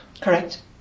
Correct